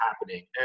happening